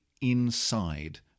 inside